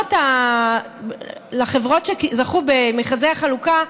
ברישיונות לחברות שזכו במכרזי החלוקה,